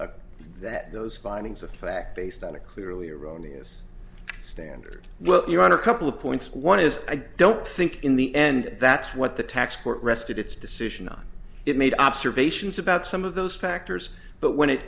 that those findings of fact based on a clearly erroneous standard well you're on a couple of points one is i don't think in the end that's what the tax court rested its decision on it made observations about some of those factors but when it